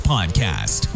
Podcast